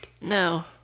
No